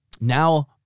now